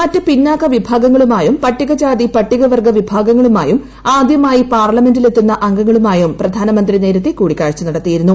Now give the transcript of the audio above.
മറ്റ് പിന്നാക്ക വിഭാഗങ്ങളുമായും പട്ടികജാതി പട്ടികവർഗ്ഗ വിഭാഗങ്ങളുമായും ആദൃമായി പാർലമെന്റിലെത്തുന്ന അംഗങ്ങളുമായും പ്രധാനമന്ത്രി നേരത്തെ കൂടിക്കാഴ്ച നടത്തിയിരുന്നു